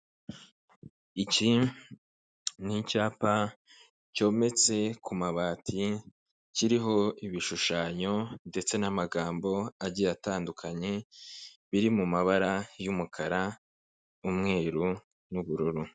Iki n'icyapa cyometse ku mabati kiriho ibishushanyo, ndetse n'amagambo agiye atandukanye, biri mu mabara y'umukara, umweru, n'ubururu.